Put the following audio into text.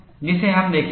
जिसे हम देखेंगे